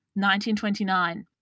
1929